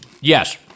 Yes